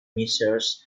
measures